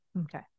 okay